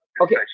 okay